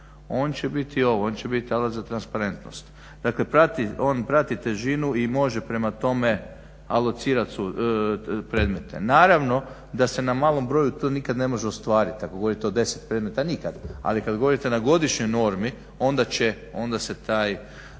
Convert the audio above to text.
On će biti ovo, on će biti alat za transparentnost. Dakle, prati, on prati težinu i može prema tome alocirat predmete. Naravno da se na malom broju to nikad ne može ostvariti ako govorite oko 10 predmeta nikad, ali kad govorite na godišnjoj normi onda se to